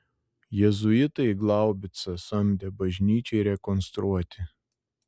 jėzuitai glaubicą samdė bažnyčiai rekonstruoti